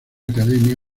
academia